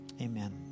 Amen